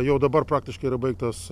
jau dabar praktiškai yra baigtas